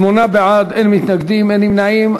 שמונה בעד, אין מתנגדים, אין נמנעים.